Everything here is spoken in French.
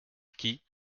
qui